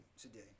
today